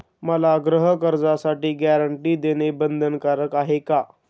मला गृहकर्जासाठी गॅरंटी देणं बंधनकारक आहे का?